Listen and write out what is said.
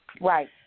Right